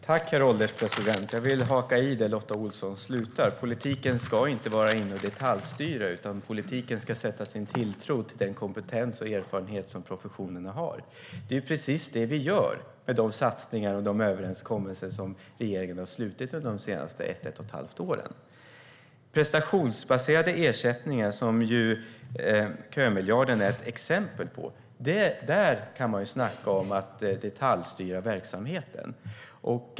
Herr ålderspresident! Jag vill haka i det Lotta Olsson slutade med. Politiken ska inte vara inne och detaljstyra, utan politiken ska sätta sin tilltro till den kompetens och erfarenhet som professionerna har. Det är precis det vi i regeringen gör med de satsningar och överenskommelser som vi har gjort under de senaste 12-18 månaderna. Prestationsbaserade ersättningar, som kömiljarden är ett exempel på - där kan man snacka om att detaljstyra verksamheten!